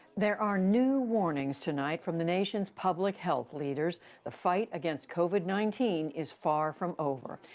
there are new warnings tonight from the nation's public health leaders the fight against covid nineteen is far from over,